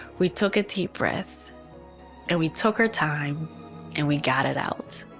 we took a deep breath and we took our time and we got it out.